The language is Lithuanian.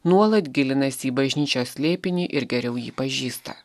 nuolat gilinasi į bažnyčios slėpinį ir geriau jį pažįsta